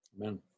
amen